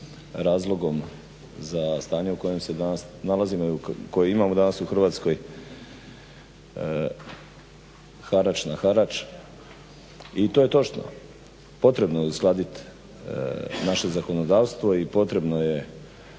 razlogom za stanje u kojem se danas nalazimo i koje imamo danas u Hrvatskoj harač na harač i to je točno. Potrebno je uskladiti naše gospodarstvo i potrebno je